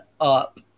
up